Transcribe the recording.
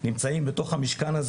ונמצא פה מנכ"ל איגוד הכדורעף,